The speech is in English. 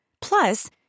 Plus